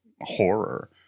horror